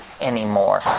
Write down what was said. anymore